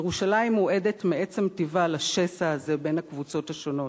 ירושלים מועדת מעצם טיבה לשסע הזה בין הקבוצות השונות.